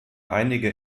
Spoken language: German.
einige